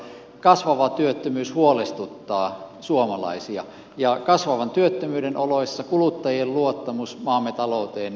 kasvava työttömyys huolestuttaa suomalaisia ja kasvavan työttömyyden oloissa kuluttajien luottamus maamme talouteen heikkenee